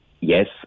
yes